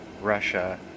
Russia